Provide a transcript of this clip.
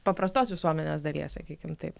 paprastos visuomenės dalies sakykim taip